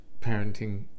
parenting